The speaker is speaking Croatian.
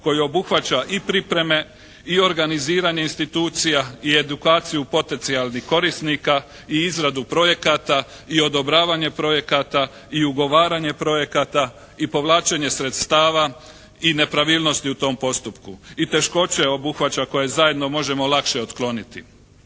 koji obuhvaća i pripreme i organiziranje institucija i edukaciju potencijalnih korisnika i izradu projekata i odobravanje projekata i ugovaranje projekata i povlačenje sredstava i nepravilnosti u tom postupku i teškoće obuhvaća koje zajedno možemo lakše otkloniti.